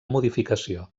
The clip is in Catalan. modificació